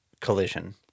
collision